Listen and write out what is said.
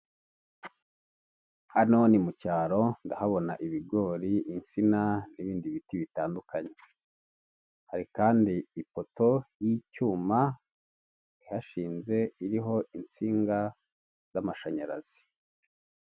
Hano ni mu cyaro ndahabona ibigori, insina, n'ibindi biti bitandukanye. Hari kandi ipoto y'icyuma, ihashinze iriho insinga z'amashanyarazi.